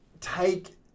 take